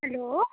hello